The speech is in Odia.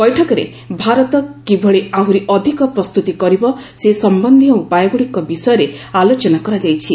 ବୈଠକରେ ଭାରତ କିଭଳି ଆହୁରି ଅଧିକ ପ୍ରସ୍ତୁତି କରିବ ସେ ସମ୍ଭନ୍ଧୀୟ ଉପାୟଗୁଡ଼ିକ ବିଷୟରେ ଆଲୋଚନା କରାଯାଇଛି